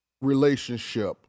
relationship